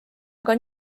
aga